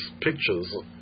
pictures